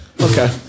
Okay